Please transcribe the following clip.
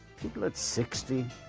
people at sixty,